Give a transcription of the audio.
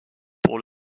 pour